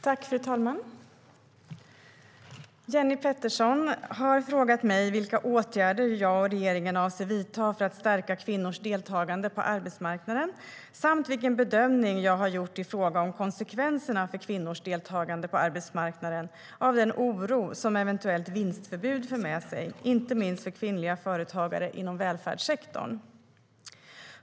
Fru talman! Jenny Petersson har frågat mig vilka åtgärder jag och regeringen avser att vidta för att stärka kvinnors deltagande på arbetsmarknaden och vilken bedömning jag har gjort i fråga om konsekvenserna för kvinnors deltagande på arbetsmarknaden av den oro som ett eventuellt vinstförbud för med sig, inte minst för kvinnliga företagare inom välfärdssektorn.